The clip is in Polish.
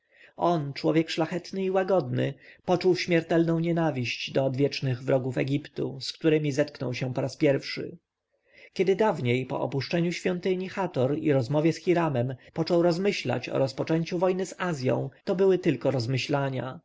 on człowiek szlachetny i łagodny poczuł śmiertelną nienawiść do odwiecznych wrogów egiptu z którymi zetknął się po raz pierwszy kiedy dawniej po opuszczeniu świątyni hator i rozmowie z hiramem począł rozmyślać o rozpoczęciu wojny z azją to były tylko rozmyślania